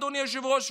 אדוני היושב-ראש,